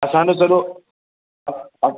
असांजो सॼो